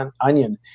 onion